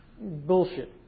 Bullshit